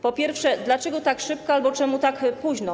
Po pierwsze, dlaczego tak szybko albo czemu tak późno?